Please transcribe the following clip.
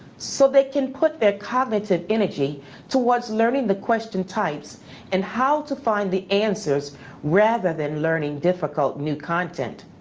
so they can put their cognitive energy towards learning the question types and how to find the answers rather than learning difficult new content.